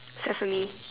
sesame